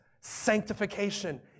sanctification